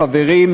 חברים,